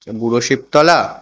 বুড়ো শিবতলা